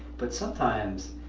but sometimes,